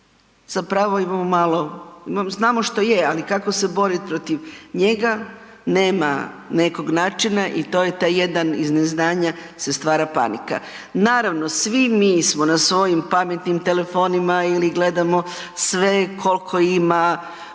zapravo imamo malo, znamo što je ali kako se boriti protiv njega nema nekog načina i to je taj jedan iz neznanja se stvara panika. Naravno svi mi smo na svojim pametnim telefonima ili gledamo sve koliko ima